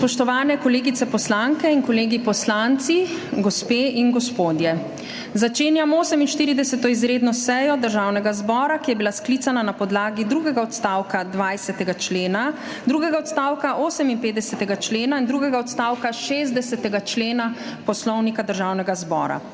Spoštovane kolegice poslanke in kolegi poslanci, gospe in gospodje! Začenjam 48. izredno sejo Državnega zbora, ki je bila sklicana na podlagi drugega odstavka 20. člena, drugega odstavka 58. člena in drugega odstavka 60. člena Poslovnika Državnega zbora.